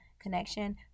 connection